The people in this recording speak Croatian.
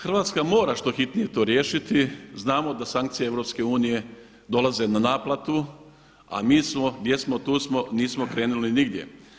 Hrvatska mora što hitnije to riješiti, znamo da sankcije EU dolaze na naplatu, a mi smo gdje smo tu smo, nismo krenuli nigdje.